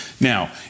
Now